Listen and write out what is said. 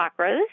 chakras